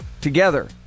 together